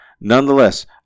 nonetheless